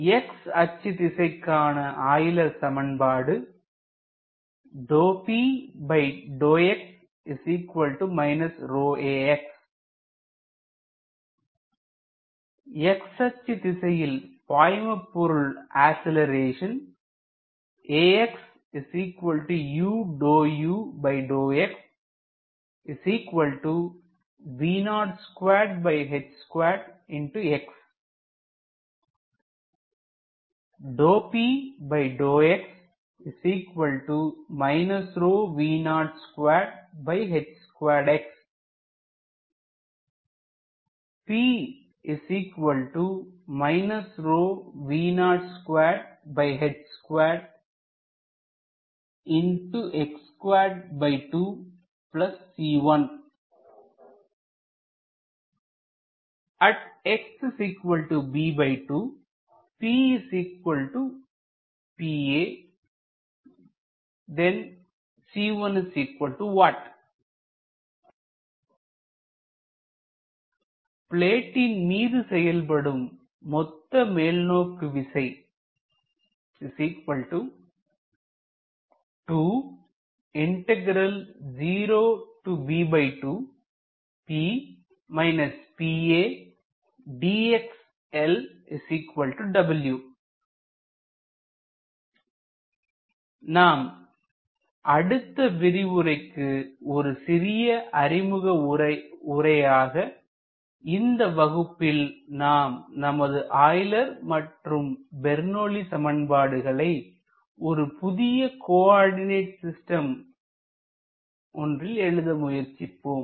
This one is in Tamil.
x அச்சு திசைக்கான ஆய்லர் சமன்பாடு x அச்சு திசையில் பாய்மபொருள் அசிலரேசேன் ax At x ப்ளேட்டின் மீது செயல்படும் மொத்த மேல் நோக்கு விசை நாம் அடுத்த விரிவுரைக்கு ஒரு சிறிய அறிமுக உரையாக இந்த வகுப்பில் நாம் நமது ஆய்லர் மற்றும் பெர்னோலி சமன்பாடுகளை Bernoulli's equation ஒரு புதிய கோஆர்டினேட் சிஸ்டத்தில் எழுத முயற்சிப்போம்